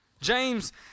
James